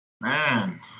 Man